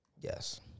Yes